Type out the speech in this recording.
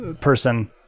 person